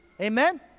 Amen